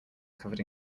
covered